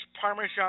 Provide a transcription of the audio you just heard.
Parmesan